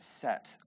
set